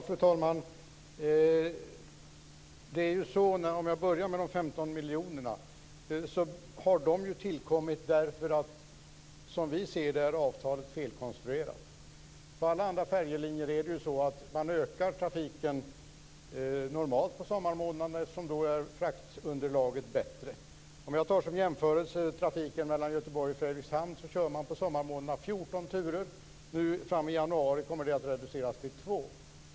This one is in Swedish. Fru talman! Om jag börjar med de 15 miljonerna kan jag säga att de har tillkommit därför att avtalet som vi ser det är felkonstruerat. På alla andra färjelinjer ökar man normalt trafiken under sommarmånaderna, eftersom fraktunderlaget då är bättre. Jag kan som jämförelse ta trafiken mellan Göteborg och Fredrikshamn. Man kör under sommarmånaderna 14 turer. Framme i januari kommer de att reduceras till två.